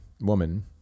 woman